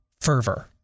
fervor